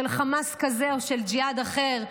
של חמאס כזה או של ג'יהאד אחר.